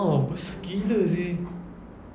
ah besar gila seh